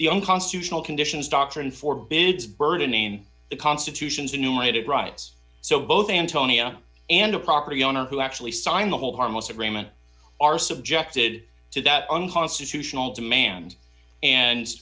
the unconstitutional conditions doctrine for big needs burdening the constitution's enumerated rights so both antonia and a property owner who actually signed the hold harmless agreement are subjected to that unconstitutional demand and